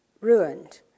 ruined